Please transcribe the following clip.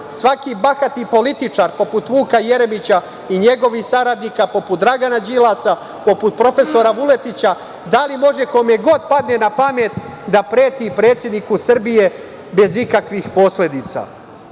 svaki bahati političar poput Vuka Jeremića i njegovih saradnika, poput Dragana Đilasa, poput profesora Vuletića, da li može kome god padne na pamet da preti predsedniku Srbije bez ikakvih posledica?